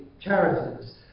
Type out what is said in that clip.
charities